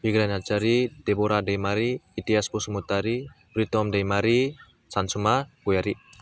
Bigrai Narzary Debra Daimary Itihas Basumatary Pritam Daimary Sansuma Gayari